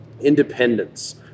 independence